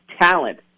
talent